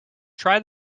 try